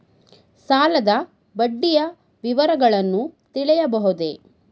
ಸಾಲದ ಬಡ್ಡಿಯ ವಿವರಗಳನ್ನು ತಿಳಿಯಬಹುದೇ?